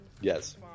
Yes